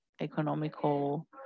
economical